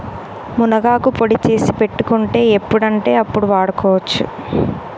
మునగాకు పొడి చేసి పెట్టుకుంటే ఎప్పుడంటే అప్పడు వాడుకోవచ్చు